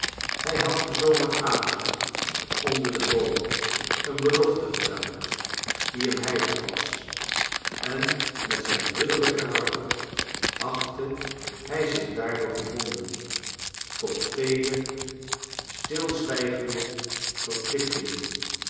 hij had dien zomeravond onder de boomen een belofte gedaan die hem heilig was en met zijn ridderiijk karakter achtte hij zich daardoor gebonden tot vele stilzwijgende verplichtingen